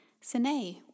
Sine